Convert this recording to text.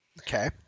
Okay